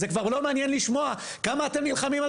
זה כבר לא מעניין לשמוע כמה אתם נלחמים על